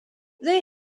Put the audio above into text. they